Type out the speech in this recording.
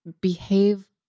behave